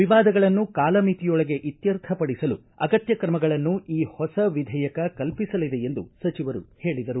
ವಿವಾದಗಳನ್ನು ಕಾಲಮಿತಿಯೊಳಗೆ ಇತ್ಯರ್ಥಪಡಿಸಲು ಅಗತ್ಯ ಕ್ರಮಗಳನ್ನು ಈ ಹೊಸ ವಿಧೇಯಕ ಕಲ್ಪಿಸಲಿದೆ ಎಂದು ಸಚಿವರು ಹೇಳಿದರು